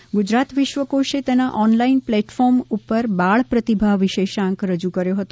વિશ્વકોષ ગુજરાત વિશ્વકોશે તેના online platform ઉપર બાળપ્રતિભા વિશેષાંક રજૂ કર્યો હતો